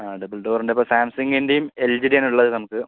ആ ഡബിൾ ഡോറിൻ്റെയിപ്പോൾ സാംസങ്ങിൻ്റെയും എൽ ജിടെയും ആണ് ഉള്ളത് നമുക്ക്